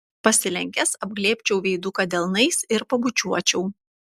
pasilenkęs apglėbčiau veiduką delnais ir pabučiuočiau